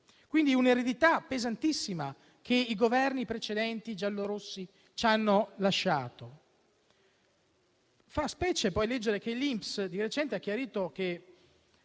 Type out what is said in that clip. È un'eredità pesantissima quella che i Governi giallorossi ci hanno lasciato. Fa specie poi leggere che l'INPS di recente ha chiarito che